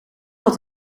had